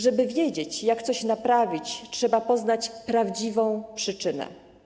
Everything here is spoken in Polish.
Żeby wiedzieć, jak coś naprawić, trzeba poznać prawdziwą przyczynę.